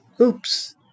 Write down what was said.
Oops